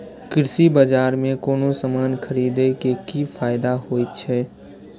कृषि बाजार में कोनो सामान खरीदे के कि फायदा होयत छै?